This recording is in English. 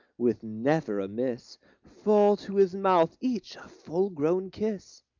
with never a miss, fall to his mouth, each a full-grown kiss.